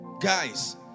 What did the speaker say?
Guys